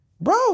Bro